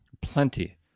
Plenty